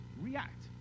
react